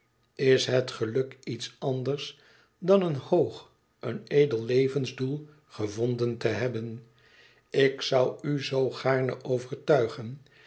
is het geluk iets anders dan een hoog een edel levensdoel gevonden te hebben ik zoû u zoo gaarne overtuigen